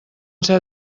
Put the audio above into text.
ser